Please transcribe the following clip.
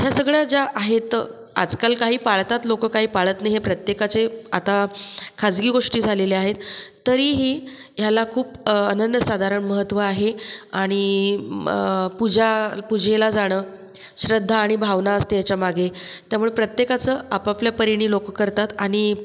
ह्या सगळ्या ज्या आहे त आजकाल काही पाळतात लोक काही पाळत नाही हे प्रत्येकाचे आता खाजगी गोष्टी झालेल्या आहेत तरीही ह्याला खूप अनन्यसाधारण महत्त्व आहे आणि म पूजा पूजेला जाणं श्रद्धा आणि भावना असते ह्याच्यामागे त्यामुळे प्रत्येकाचं आपापल्या परीने लोक करतात आणि